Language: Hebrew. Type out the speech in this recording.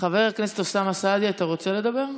חבר הכנסת אוסאמה סעדי, אתה רוצה לדבר?